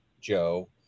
Joe